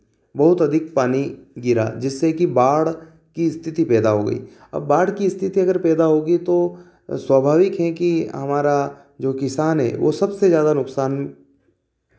बहुत अधिक पानी गिरा जिससे कि बाढ़ की स्थिति पैदा हो गई और बाढ़ की स्थिति अगर पैदा होगी तो स्वाभाविक है कि हमारा जो किसान है वह सबसे ज़्यादा नुकसान